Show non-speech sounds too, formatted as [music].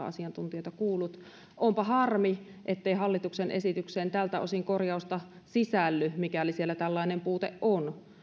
[unintelligible] asiantuntijoita kuullut onpa harmi ettei hallituksen esitykseen tältä osin korjausta sisälly mikäli tällainen puute on